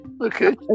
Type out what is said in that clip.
okay